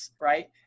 right